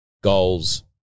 goals